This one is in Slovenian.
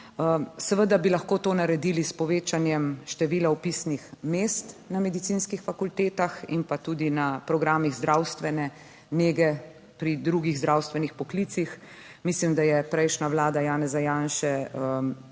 Seveda bi lahko to naredili s povečanjem števila vpisnih mest na medicinskih fakultetah in pa tudi na programih zdravstvene nege pri drugih zdravstvenih poklicih. Mislim, da je prejšnja vlada Janeza Janše